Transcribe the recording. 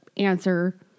Answer